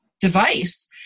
device